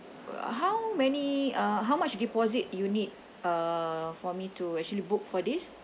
uh how many uh how much deposit you need uh for me to actually book for this